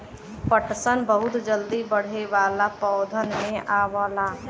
पटसन बहुत जल्दी बढ़े वाला पौधन में आवला